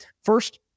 First